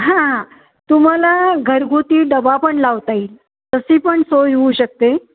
हां तुम्हाला घरगुती डबा पण लावता येईल तशी पण सोय होऊ शकते